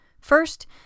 First